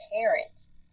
parents